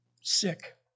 sick